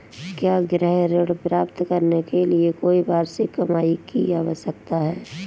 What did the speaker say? क्या गृह ऋण प्राप्त करने के लिए कोई वार्षिक कमाई की आवश्यकता है?